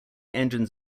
engines